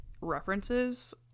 references